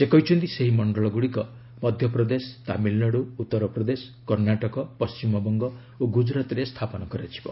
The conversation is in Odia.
ସେ କହିଛନ୍ତି ସେହି ମଣ୍ଡଳଗୁଡ଼ିକ ମଧ୍ୟପ୍ରଦେଶ ତାମିଲନାଡୁ ଉତ୍ତରପ୍ରଦେଶ କର୍ଣ୍ଣାଟକ ପଶ୍ଚିମବଙ୍ଗ ଓ ଗୁଜରାତରେ ସ୍ଥାପନ କରାଯିବ